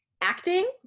acting